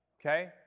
Okay